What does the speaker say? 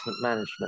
Management